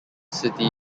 city